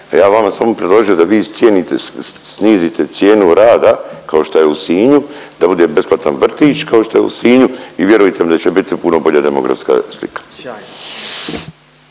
bi vama samo predložio da vi cijenite, snizite cijenu rada, kao šta je u Sinju, da bude besplatan vrtić kao što je u Sinju i vjerujte mi da će biti puno bolja demografska slika.